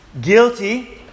guilty